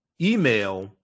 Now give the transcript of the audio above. email